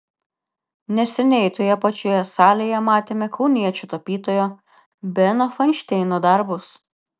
neseniai toje pačioje salėje matėme kauniečio tapytojo beno fainšteino darbus